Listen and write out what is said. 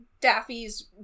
Daffy's